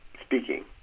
speaking